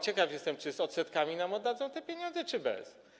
Ciekaw jestem, czy z odsetkami nam oddadzą te pieniądze czy bez.